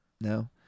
No